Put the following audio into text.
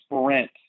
sprint